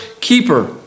keeper